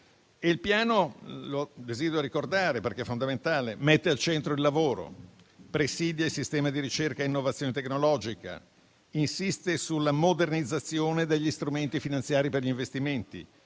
in quest'Aula. Desidero ricordare, perché è fondamentale, che il piano mette al centro il lavoro, presidia il sistema di ricerca e innovazione tecnologica, insiste sulla modernizzazione degli strumenti finanziari per gli investimenti,